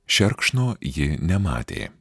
šerkšno ji nematė